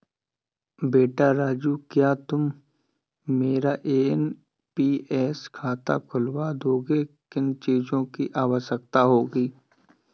बेटा राजू क्या तुम मेरा एन.पी.एस खाता खुलवा दोगे, किन चीजों की आवश्यकता होगी?